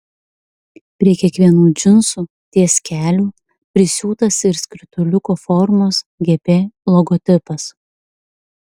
prie kiekvienų džinsų ties keliu prisiūtas ir skrituliuko formos gp logotipas